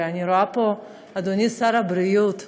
ואני רואה פה, אדוני שר הבריאות,